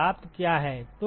तो प्राप्त क्या है